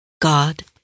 God